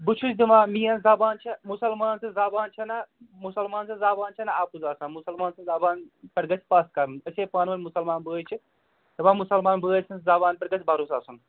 بہٕ چھُس دِوان میٛٲنۍ زبان چھےٚ مُسلمان سٕنٛز زبان چھےٚ نہ مُسلمان سٕنٛز زبان چھےٚ نہٕ اَپُز آسان مُسلمان سٕنٛز زبان پٮ۪ٹھ گژھِ پَژھ کَرٕن أسے پانہٕ ؤنۍ مُسلمان بٲے چھِ دپان مُسلمان بٲے سٕنٛز زبانہِ پٮ۪ٹھ گژھِ بَروسہٕ آسُن